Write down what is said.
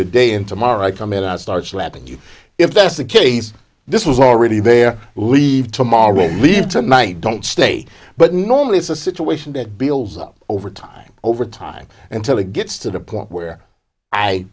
today and tomorrow i come in and start slapping you if that's the case this was already there leave tomorrow leave tonight don't stay but normally it's a situation that builds up over time over time until it gets to the point where i